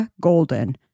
Golden